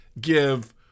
give